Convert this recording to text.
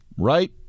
Right